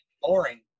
boring